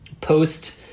post